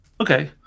Okay